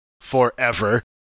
forever